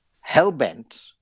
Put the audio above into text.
hell-bent